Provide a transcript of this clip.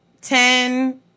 Ten